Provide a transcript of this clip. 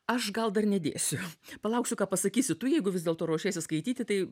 aš gal dar nedėsiu palauksiu ką pasakysi tu jeigu vis dėlto ruošiesi skaityti tai